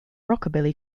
rockabilly